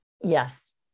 yes